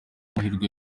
amahirwe